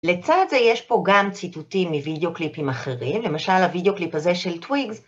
לצד זה יש פה גם ציטוטים מוידאו קליפים אחרים, למשל הוידאו קליפ הזה של טוויג